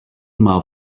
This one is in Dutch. maal